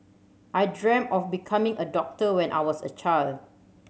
I dreamt of becoming a doctor when I was a child